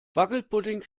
wackelpudding